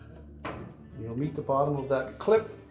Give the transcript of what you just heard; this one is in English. you'll meet the bottom of that clip.